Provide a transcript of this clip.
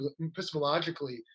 epistemologically